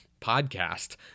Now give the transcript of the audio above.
podcast